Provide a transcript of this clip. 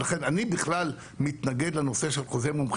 אני בכלל מתנגד לנושא של חוזה מומחים